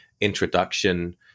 introduction